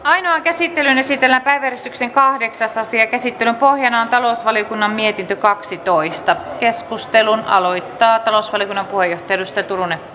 ainoaan käsittelyyn esitellään päiväjärjestyksen kahdeksas asia käsittelyn pohjana on talousvaliokunnan mietintö kaksitoista keskustelun aloittaa talousvaliokunnan puheenjohtaja edustaja turunen